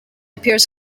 appears